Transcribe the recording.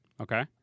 Okay